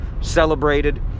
celebrated